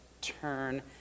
turn